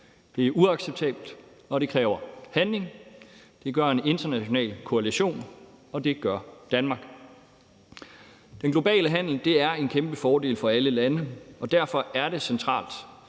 Det er uacceptabelt, og det kræver, at der handles. Det gør en international koalition, og det gør Danmark. Den globale handel er en kæmpe fordel for alle lande, og derfor er det centralt,